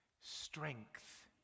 strength